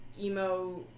emo